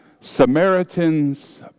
Samaritan's